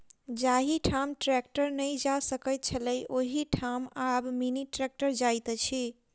जाहि ठाम ट्रेक्टर नै जा सकैत छलै, ओहि ठाम आब मिनी ट्रेक्टर जाइत अछि